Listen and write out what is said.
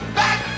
back